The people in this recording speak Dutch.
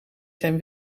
zijn